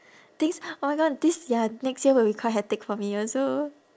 this oh my god this ya next year will be quite hectic for me also